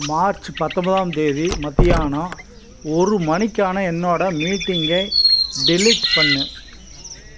March பத்தொன்பதாம் தேதி மத்தியானம் ஒரு மணிக்கான என்னோட மீட்டிங்கை டெலீட் பண்ணு